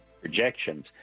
projections